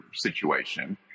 situation